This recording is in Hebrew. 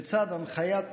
לצד הנחיית